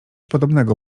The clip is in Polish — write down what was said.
podobnego